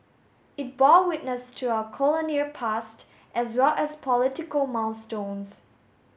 it bore witness to our colonial past as well as political milestones